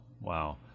Wow